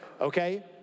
Okay